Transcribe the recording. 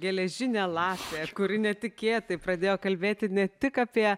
geležinė lapė kuri netikėtai pradėjo kalbėti ne tik apie